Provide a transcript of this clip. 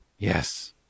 Yes